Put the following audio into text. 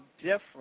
different